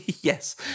Yes